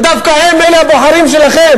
ואלה הם דווקא הבוחרים שלכם.